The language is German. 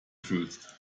fühlst